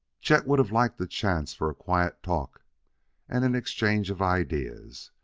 chet would have liked a chance for a quiet talk and an exchange of ideas.